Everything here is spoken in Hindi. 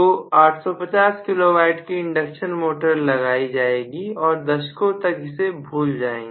तो 850 kW इंडक्शन मोटर लगाइए और दशकों तक इसे भूल जाइए